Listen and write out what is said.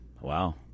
Wow